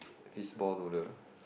fishball noodle